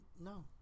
no